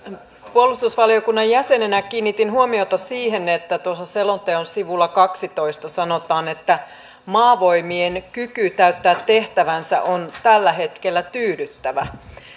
puolustusvaliokunnan jäsenenä kiinnitin huomiota siihen että selonteon sivulla kahteentoista sanotaan että maavoimien kyky täyttää tehtävänsä on tällä hetkellä tyydyttävä